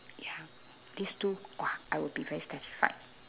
ya these two !wah! I will be very satisfied